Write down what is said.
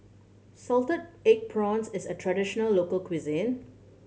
salted egg prawns is a traditional local cuisine